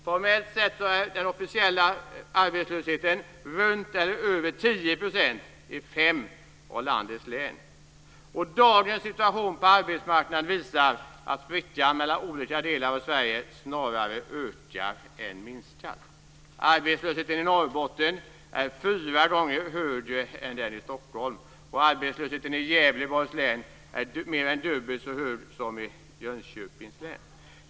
Formellt sett är den officiella arbetslösheten runt eller över 10 % i fem av landets län. Dagens situation på arbetsmarknaden visar att sprickan mellan olika delar av Sverige snarare ökar än minskar. Arbetslösheten i Norrbotten är fyra gånger högre än den i Stockholm, och arbetslösheten i Gävleborgs län är mer än dubbelt så hög som den i Jönköpings län.